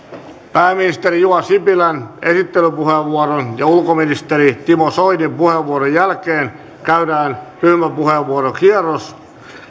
pääministeri juha sipilän esittelypuheenvuoron ja ulkoministeri timo soinin puheenvuoron jälkeen käydään ryhmäpuheenvuorokierros